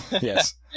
Yes